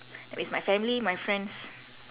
risk my family my friends